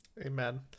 Amen